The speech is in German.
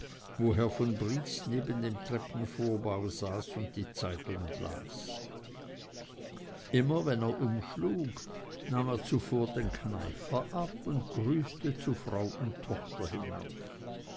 herr von briest neben dem treppenvorbau saß und die zeitungen las immer wenn er umschlug nahm er zuvor den kneifer ab und grüßte zu frau und tochter hinauf